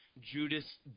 Judas